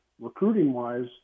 recruiting-wise